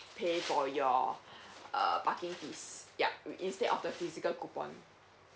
pay for your uh parking fees yup instead of the physical coupon